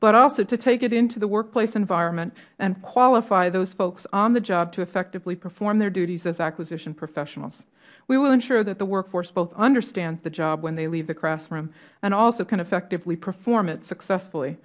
but also to take it into the workplace environment and qualify those folks on the job to effectively perform their duties as acquisition professionals we will ensure that the workforce both understands the job when they leave the classroom and also can effectively perform it successfully